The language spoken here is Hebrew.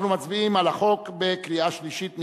אנחנו מצביעים על החוק בקריאה שלישית.